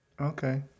Okay